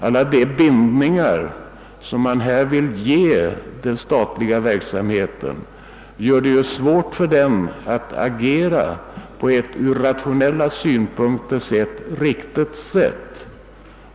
Alla de bindningar som man här vill ge den statliga verk samheten gör det svårt för den att agera på ett från rationella synpunkter sett riktigt sätt.